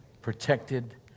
Protected